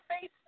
face